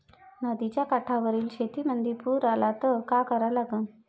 नदीच्या काठावरील शेतीमंदी पूर आला त का करा लागन?